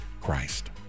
Christ